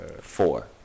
Four